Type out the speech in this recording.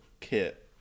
kit